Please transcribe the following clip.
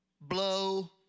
blow